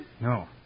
No